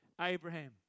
Abraham